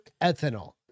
ethanol